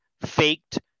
faked